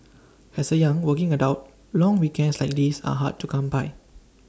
as A young working adult long weekends like these are hard to come by